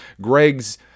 Greg's